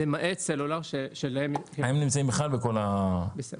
למעט סלולר --- הם בכלל נמצאים על יומי.